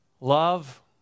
love